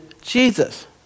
Jesus